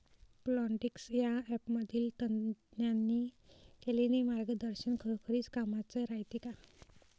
Plantix या ॲपमधील तज्ज्ञांनी केलेली मार्गदर्शन खरोखरीच कामाचं रायते का?